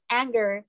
anger